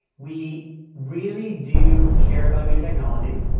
we really do care about new technology.